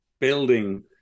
building